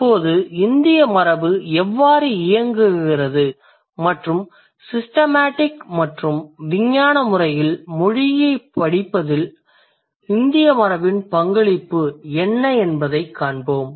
இப்போது இந்திய மரபு எவ்வாறு இயங்குகிறது மற்றும் சிஸ்டமெடிக் மற்றும் விஞ்ஞான முறையில் மொழியை ஆய்வு செய்வதில் இந்திய மரபின் பங்களிப்பு என்ன என்பதைக் காண்போம்